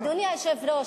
אדוני היושב-ראש,